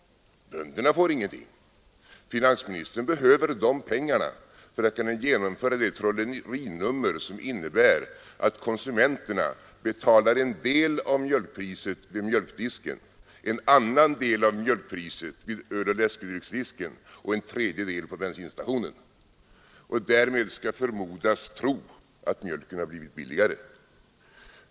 Bönderna får ingenting. Finansministern behöver de pengarna för att kunna genomföra detta trollerinummer som innebär att konsumenterna betalar en del av mjölkpriset vid mjölkdisken, en annan del av mjölkpriset vid öloch läskedrycksdisken och en tredje del på bensinstationen — och därmed skall förmodas tro att mjölken har blivit billigare.